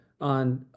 on